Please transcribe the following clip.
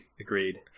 Agreed